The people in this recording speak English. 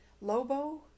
Lobo